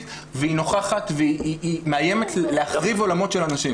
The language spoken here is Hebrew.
והיא נוכחת והיא מאיימת להחריב עולמות של אנשים.